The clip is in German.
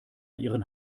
ihren